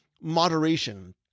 moderation